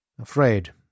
Afraid